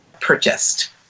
purchased